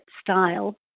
style